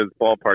ballpark